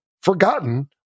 forgotten